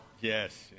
Yes